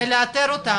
ולאתר אותם,